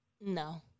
No